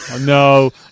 No